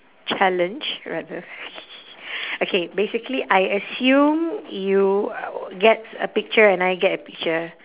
challenge rather okay basically I assume you get a picture and I get a picture